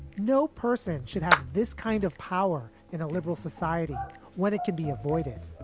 no person should have this kind of power in a liberal society when it can be avoided.